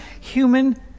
human